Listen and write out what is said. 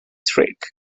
trick